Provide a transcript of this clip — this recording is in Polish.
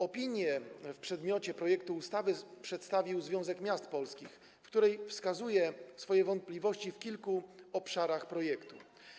Opinie w przedmiocie projektu ustawy przedstawił Związek Miast Polskich, w której wskazuje swoje wątpliwości w kilku obszarach projektu.